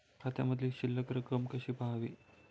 खात्यामधील शिल्लक रक्कम कशी पहावी?